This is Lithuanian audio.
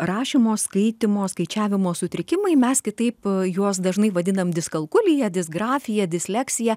rašymo skaitymo skaičiavimo sutrikimai mes kitaip juos dažnai vadinam diskalkulija disgrafija disleksija